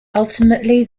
ultimately